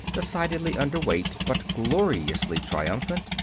decidedly under weight, but gloriously triumphant,